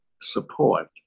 support